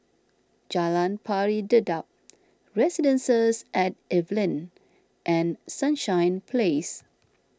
Jalan Pari Dedap Residences at Evelyn and Sunshine Place